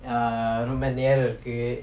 err ரொம்ப நேரம் இருக்கு:romba neram irukku